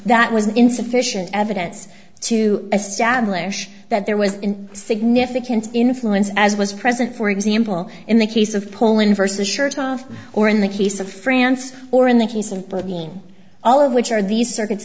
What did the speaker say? that was insufficient evidence to establish that there was significant influence as was present for example in the case of poland versus shirts off or in the case of france or in the case of blood being all of which are these circuits